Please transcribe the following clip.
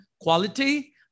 quality